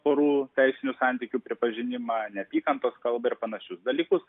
porų teisinių santykių pripažinimą neapykantos kalbą ir panašius dalykus